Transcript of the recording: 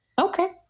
Okay